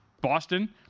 Boston